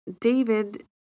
David